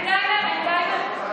5,000 מתים, משפחות, היית צריך לפרגן.